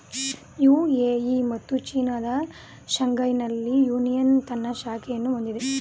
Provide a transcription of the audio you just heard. UAE ಮತ್ತು ಚೀನಾದ ಶಾಂಘೈನಲ್ಲಿ ಯೂನಿಯನ್ ತನ್ನ ಶಾಖೆಯನ್ನು ಹೊಂದಿದೆ